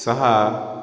सः